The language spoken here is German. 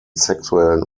sexuellen